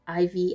iv